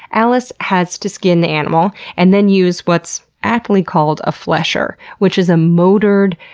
allis has to skin the animal and then use, what's aptly called, a flesher, which is a motored,